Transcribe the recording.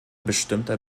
bestimmter